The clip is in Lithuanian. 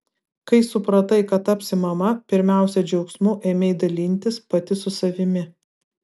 kai supratai kad tapsi mama pirmiausia džiaugsmu ėmei dalintis pati su savimi